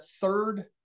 third